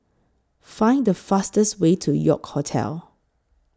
Find The fastest Way to York Hotel